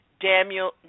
Daniel